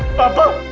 papa.